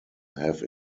have